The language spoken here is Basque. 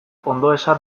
ondoeza